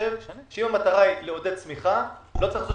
אם המטרה היא לעודד צמיחה לא צריך לעשות